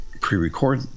pre-record